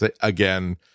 again